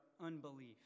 unbelief